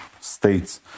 states